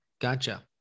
gotcha